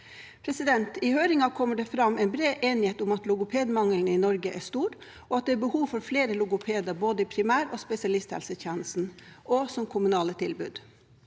synspunkter. I høringen kommer det fram en bred enighet om at logopedmangelen i Norge er stor, og at det er behov for flere logopeder i både primær- og spesialisthelsetjenesten og som kommunale tilbud.